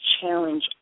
challenge